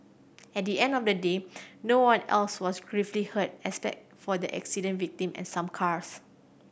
at the end of the day no one else was gravely hurt except for the accident victim and some cars